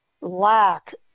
lack